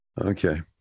Okay